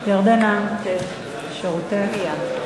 ירדנה, שירותך.